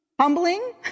Humbling